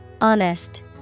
Honest